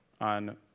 on